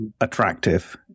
attractive